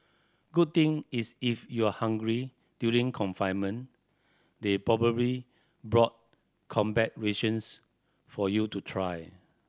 good thing is if you're hungry during confinement they probably bought combat rations for you to try